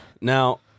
Now